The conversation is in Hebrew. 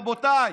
רבותיי,